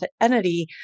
entity